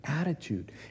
attitude